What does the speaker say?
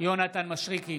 יונתן מישרקי,